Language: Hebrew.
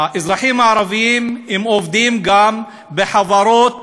האזרחים הערבים עובדים גם בחברות